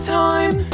time